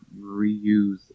reuse